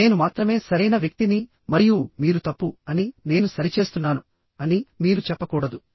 నేను మాత్రమే సరైన వ్యక్తిని మరియు మీరు తప్పు అని నేను సరిచేస్తున్నాను అని మీరు చెప్పకూడదు